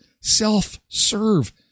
self-serve